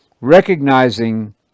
recognizing